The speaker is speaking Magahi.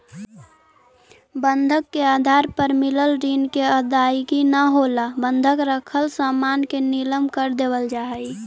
बंधक के आधार पर मिलल ऋण के अदायगी न होला पर बंधक रखल सामान के नीलम कर देवल जा हई